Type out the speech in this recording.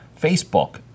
Facebook